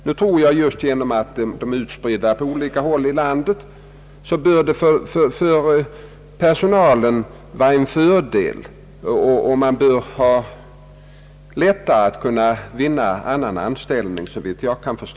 Nu tror jag att det bör vara en fördel för personalen, just genom att den är utspridd på olika håll i landet.